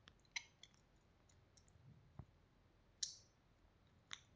ರೈತರ ಬೆಳದ ಹತ್ತಿ ಮಿಲ್ ನ್ಯಾರಗೆ ಮಾರಾಟಾ ಮಾಡ್ತಾರ